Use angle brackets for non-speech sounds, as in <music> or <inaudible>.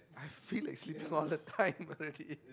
feel like sleeping all the time <laughs> already